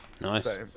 Nice